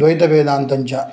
द्वैतवेदान्तञ्च